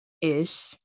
ish